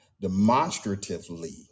demonstratively